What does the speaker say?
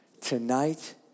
tonight